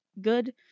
good